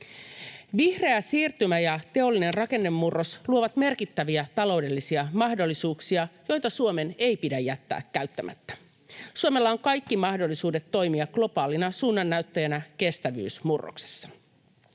Vihreä siirtymä ja teollinen rakennemurros luovat merkittäviä taloudellisia mahdollisuuksia, joita Suomen ei pidä jättää käyttämättä. Suomella on kaikki mahdollisuudet toimia globaalina suunnannäyttäjänä kestävyysmurroksessa.